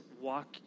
walk